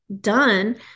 done